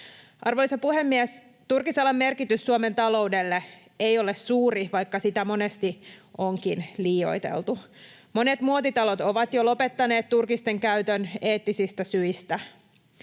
Arvoisa puhemies! Turkisalan merkitys Suomen taloudelle ei ole suuri, vaikka sitä monesti onkin liioiteltu. Monet muotitalot ovat jo lopettaneet turkisten käytön eettisistä syistä.